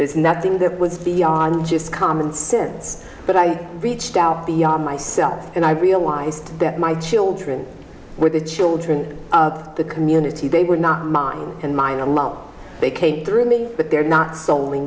there's nothing that was beyond just commonsense but i reached out beyond myself and i realized that my children were the children of the community they were not mine and mine alone they came through me but they're not sol